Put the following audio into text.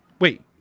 wait